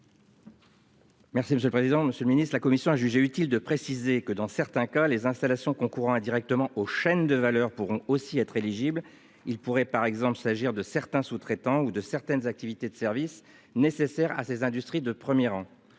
Merci monsieur le président, Monsieur le Ministre de la commission a jugé utile de préciser que dans certains cas les installations concourant indirectement aux chaînes de valeur pourront aussi être éligible. Il pourrait par exemple s'agir de certains sous-traitants ou de certaines activités de services nécessaires à ces industries de 1er rang.